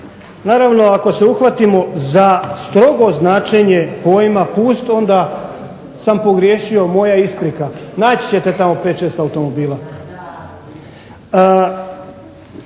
naravno ako se uhvatimo za strogo značenje pojma pust onda sam pogriješio moja isprika, naći ćete tamo 5, 6 automobila.